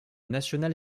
nationale